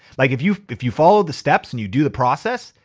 like if you if you follow the steps and you do the process,